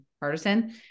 partisan